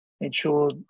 ensure